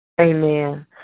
Amen